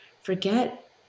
Forget